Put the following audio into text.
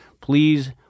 Please